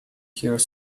here